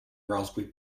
raspberry